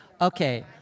okay